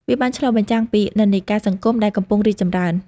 វាបានឆ្លុះបញ្ចាំងពីនិន្នាការសង្គមដែលកំពុងរីកចម្រើន។